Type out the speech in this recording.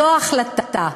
זו ההחלטה,